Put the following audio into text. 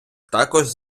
також